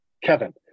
Kevin